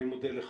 אני מודה לך.